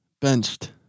benched